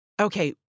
Okay